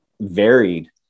varied